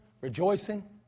rejoicing